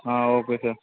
ah okay sir